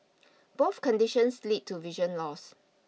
both conditions led to vision loss